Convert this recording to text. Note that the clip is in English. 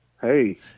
Hey